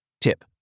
Tip